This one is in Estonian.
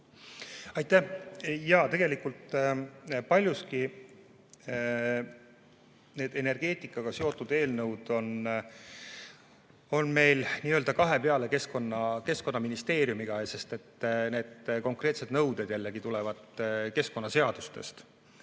Aitäh! Jaa, tegelikult paljuski need energeetikaga seotud eelnõud on meil kahe peale Keskkonnaministeeriumiga, sest need konkreetsed nõuded tulevad keskkonnaseadustest.